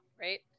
right